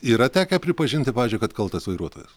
yra tekę pripažinti pavyzdžiui kad kaltas vairuotojas